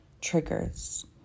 Triggers